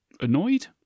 Annoyed